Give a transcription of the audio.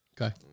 Okay